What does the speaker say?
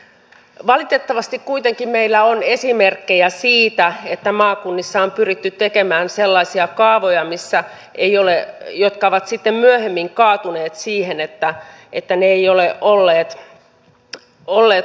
valitettavasti kuitenkin meillä on esimerkkejä siitä että maakunnissa on pyritty tekemään sellaisia kaavoja jotka ovat sitten myöhemmin kaatuneet siihen että ne eivät ole olleet lain mukaisia